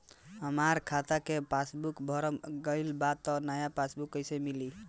हमार खाता के पासबूक भर गएल बा त नया पासबूक कइसे मिली?